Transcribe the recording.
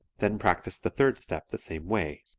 then practice the third step the same way.